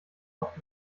noch